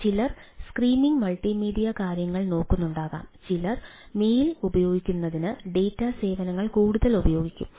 ചില streaming multimedia കാര്യങ്ങൾ നോക്കുന്നുണ്ടാകാം ചിലമെയിൽ ഡാറ്റ സേവനങ്ങൾ കൂടുതൽ ഉപയോഗിക്കും